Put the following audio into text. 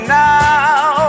now